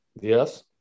Yes